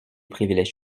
privilèges